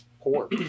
poor